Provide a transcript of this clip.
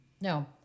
No